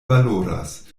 valoras